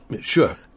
Sure